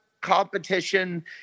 competition